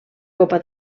copa